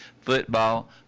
football